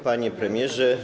Panie Premierze!